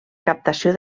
captació